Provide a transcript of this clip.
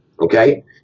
Okay